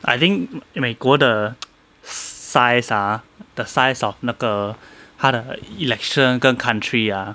I think 美国的 size ah 的 size of 那个他的 election 跟 country ah